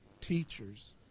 teachers